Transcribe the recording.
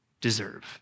deserve